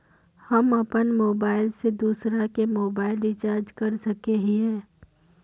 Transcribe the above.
हम अपन मोबाईल से दूसरा के मोबाईल रिचार्ज कर सके हिये?